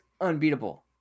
unbeatable